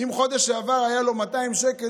אם בחודש שעבר היו לו 200 שקל,